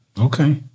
Okay